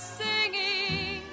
singing